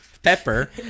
Pepper